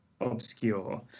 obscure